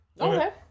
Okay